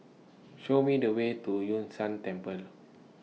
Show Me The Way to Yun Shan Temple